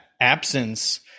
absence